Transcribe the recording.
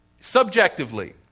Subjectively